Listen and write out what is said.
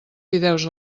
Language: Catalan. fideus